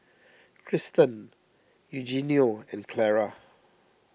Krysten Eugenio and Clara